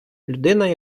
людина